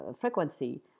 frequency